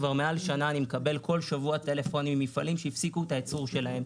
כבר מעל שנה אני מקבל כל שבוע טלפונים ממפעלים שהפסיקו את הייצור שלהם.